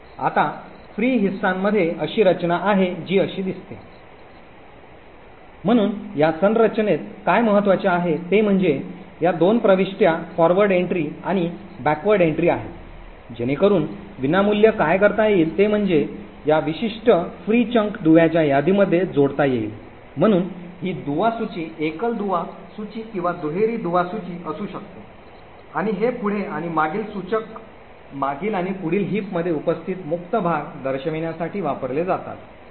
आता फ्री हिस्सामध्ये अशी रचना आहे जी अशी दिसते म्हणून या संरचनेत काय महत्वाचे आहे ते म्हणजे या 2 प्रविष्ट्या अग्रेषित प्रविष्टि आणि मागील प्रविष्ट्या आहेत जेणेकरून विनामूल्य काय करता येईल ते म्हणजे या विशिष्ट मुक्त हिस्सास दुव्याच्या यादीमध्ये जोडता येईल म्हणून ही दुवा सूची एकल दुवा सूची किंवा दुहेरी दुवा सूची असू शकते आणि हे पुढे आणि मागील सूचक मागील आणि पुढील हिप मध्ये उपस्थित मुक्त भाग दर्शविण्यासाठी वापरले जातात